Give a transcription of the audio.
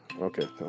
Okay